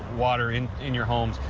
water in in your homes,